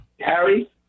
Harry